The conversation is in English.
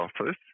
office